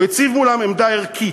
הוא הציב מולם עמדה ערכית,